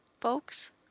folks